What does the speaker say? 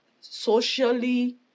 socially